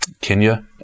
Kenya